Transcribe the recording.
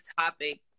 topic